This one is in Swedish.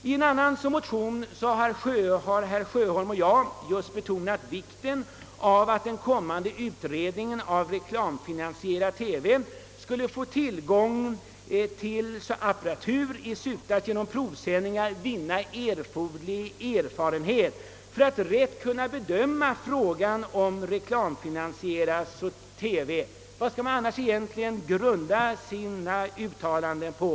I en annan motion har herr Sjöholm och jag betonat vikten av att en kommande utredning rörande reklamfinansierad TV får tillgång till erforderlig apparatur för att genom provsändningar vinna erfarenhet och sedan rätt kunna bedöma värdet av reklamfinansierad TV. Vad skall man annars grunda sina uttalanden på?